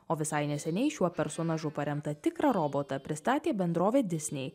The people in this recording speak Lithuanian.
o visai neseniai šiuo personažu paremtą tikrą robotą pristatė bendrovė disney